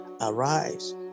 Arise